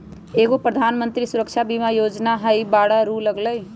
एगो प्रधानमंत्री सुरक्षा बीमा योजना है बारह रु लगहई?